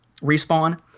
respawn